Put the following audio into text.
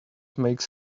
makes